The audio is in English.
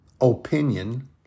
opinion